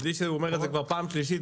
זה שהוא אומר את זה כבר פעם שלישית,